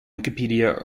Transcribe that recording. wikipedia